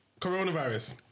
coronavirus